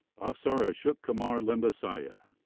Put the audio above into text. avsar ashokkumar limbasiya.